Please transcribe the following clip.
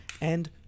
and